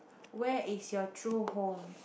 where is your true home